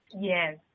Yes